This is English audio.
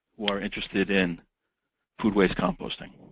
who are interested in food waste composting.